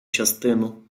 частину